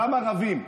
גם ערבים.